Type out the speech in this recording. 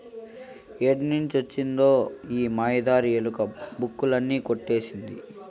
ఏడ్నుంచి వొచ్చినదో ఈ మాయదారి ఎలక, బుక్కులన్నీ కొట్టేసినాది